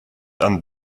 han